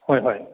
ꯍꯣꯏ ꯍꯣꯏ